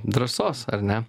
drąsos ar ne